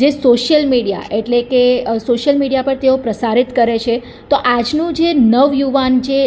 જે social media એટલે કે સોશિયલ મીડિયા પર તેઓ પ્રસારિત કરે છે તો આજનું જે નવયુવાન જે